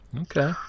Okay